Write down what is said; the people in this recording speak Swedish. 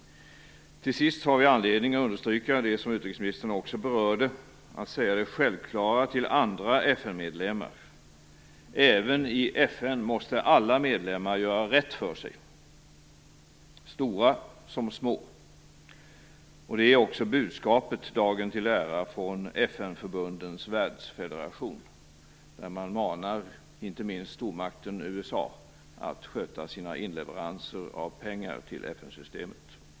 Till sist finns det anledning att understryka det som utrikesministern också berörde, nämligen vikten av att säga det självklara till andra FN-medlemmar: Även i FN måste alla medlemmar göra rätt för sig - stora som små. Det är också budskapet, dagen till ära, från FN-förbundens världsfederation, där man manar inte minst stormakten USA att sköta sina inleveranser av pengar till FN-systemet.